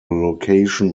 location